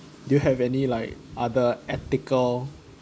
do you have any like other ethical